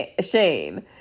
Shane